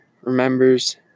remembers